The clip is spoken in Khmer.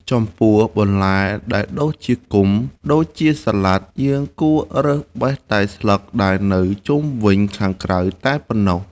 ចំពោះបន្លែដែលដុះជាគុម្ពដូចជាសាឡាត់ យើងគួររើសបេះតែស្លឹកដែលនៅជុំវិញខាងក្រៅតែប៉ុណ្ណោះ។